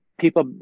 People